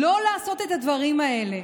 לא לעשות את הדברים האלה.